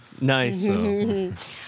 Nice